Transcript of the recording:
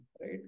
right